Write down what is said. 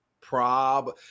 prob